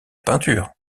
peinture